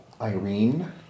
Irene